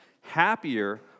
happier